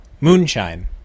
moonshine